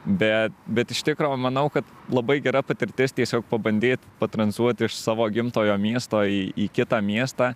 bet bet iš tikro manau kad labai gera patirtis tiesiog pabandyt patranzuot iš savo gimtojo miesto į į kitą miestą